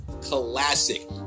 classic